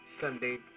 Sunday